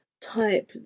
type